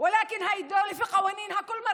אבל המדינה הזאת, בחוקים שלה,